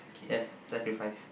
yes sacrifice